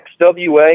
XWA